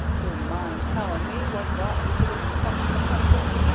do you mind telling me what brought you to this section of country?